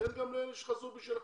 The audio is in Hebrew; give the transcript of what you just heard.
תן גם לאלה שחזרו בשאלה.